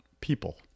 people